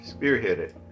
spearheaded